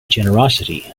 generosity